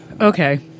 Okay